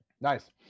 nice